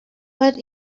but